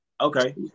Okay